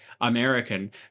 American